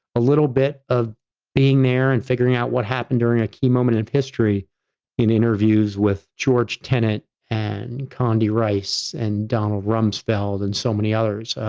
a little bit of being there and figuring out what happened during a key moment in history in interviews with george tenet and condi rice and donald rumsfeld and so many others,